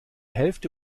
hälfte